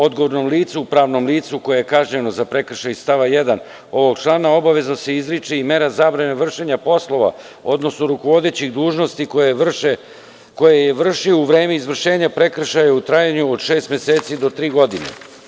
Odgovornom licu u pravnom licu koje je kažnjeno za prekršaj iz stava 1. ovog člana obavezno se izriče i mera zabrane vršenja poslova, odnosno rukovodećih dužnosti koje je vršio u vreme izvršenja prekršaja u trajanju od šest meseci do tri godine“